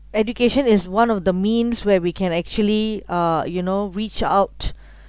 education is one of the means where we can actually uh you know reach out